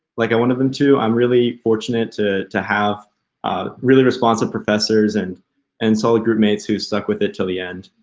like i wanted them to i'm really fortunate to to have a really responsive professors and and solid group mates who stuck with it till the end.